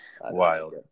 Wild